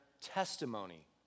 testimony